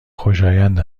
خوشایند